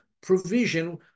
provision